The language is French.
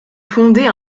fondé